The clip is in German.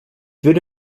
würde